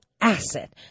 asset